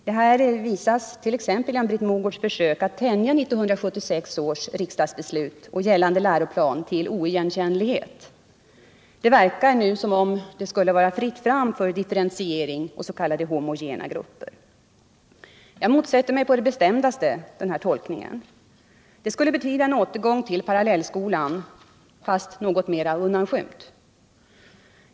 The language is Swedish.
Detta visas t.ex. genom Britt Mogårds försök att tänja 1976 års riksdagsbeslut och gällande läroplan till oigenkännlighet. Det verkar nu som om det skulle vara fritt fram för differentiering och s.k. homogena grupper. Jag motsätter mig på det bestämdaste denna tolkning. Det skulle betyda en återgång till parallellskolan, fast något mer undanskymd.